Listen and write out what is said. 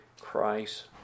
Christ